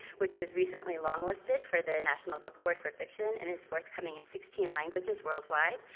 which was recently longlisted for the national book award for fiction and is forthcoming in sixteen languages worldwide.